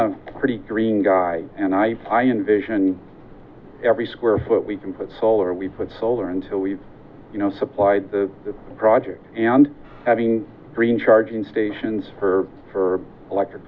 a pretty green guy and i i envision every square foot we can put solar we put solar until we supplied the project and having green charging stations for electric